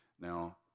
Now